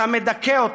אתה מדכא אותו.